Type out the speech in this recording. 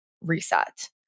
reset